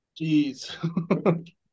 Jeez